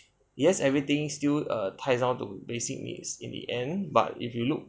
yes everything still err tie down to basic needs in the end but if you look